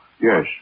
yes